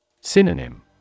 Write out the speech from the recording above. Synonym